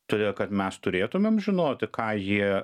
todėl kad mes turėtumėm žinoti ką jie